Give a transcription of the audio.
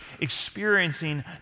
experiencing